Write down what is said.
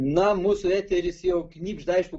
na mūsų eteris jau knibžda aišku